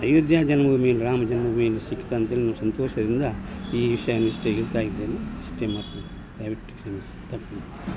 ಅಯೋಧ್ಯೆ ಜನ್ಮಭೂಮಿಯಲ್ಲಿ ರಾಮ ಜನ್ಮಭೂಮಿಯಲ್ಲಿ ಸಿಗ್ತಂತ ಹೇಳಿ ನಾವು ಸಂತೋಷದಿಂದ ಈ ವಿಷಯವನ್ನು ಇಷ್ಟು ಹೇಳ್ತಾಯಿದ್ದೇನೆ ಅಷ್ಟೇ ಮತ್ತೆ ದಯವಿಟ್ಟು ಕ್ಷಮಿಸಿ ತಪ್ಪು ಮಾ